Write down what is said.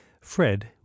Fred